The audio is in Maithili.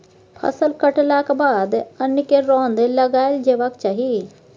फसल कटलाक बाद अन्न केँ रौद लगाएल जेबाक चाही